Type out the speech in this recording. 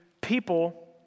people